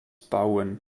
bauen